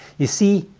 you see,